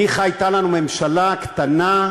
שלי אומרת דברים טובים,